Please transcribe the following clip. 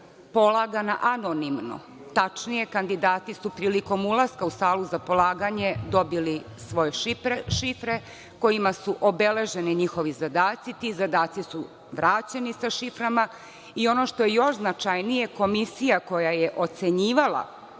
polagana anonimno, tačnije kandidati su prilikom ulaska u salu za polaganje dobili svoje šifre kojima su obeleženi njihovi zadaci, ti zadaci su vraćeni sa šiframa i ono što je još značajnije, komisija koja je ocenjivala